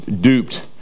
duped